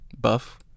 buff